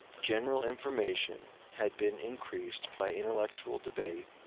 general information had been increased by intellectual debate,